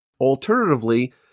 Alternatively